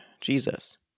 Jesus